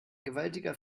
gewaltiger